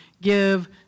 give